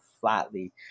flatly